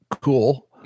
cool